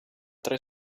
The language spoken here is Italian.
tre